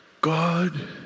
God